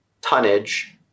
tonnage